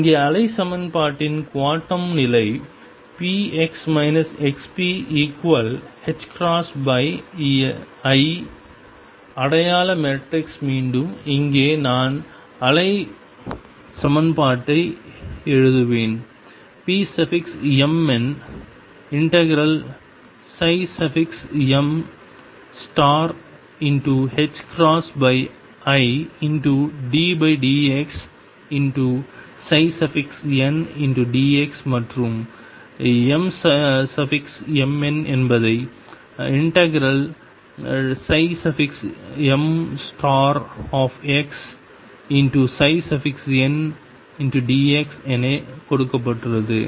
இங்கே அலை சமன்பாட்டின் குவாண்டம் நிலை px xpi அடையாள மேட்ரிக்ஸ் மீண்டும் இங்கே நான் அலை சமன்பாட்டை எழுதுவேன் pmn∫middx ndxமற்றும் xmn என்பதை ∫mxndx என கொடுக்கப்பட்டுள்ளது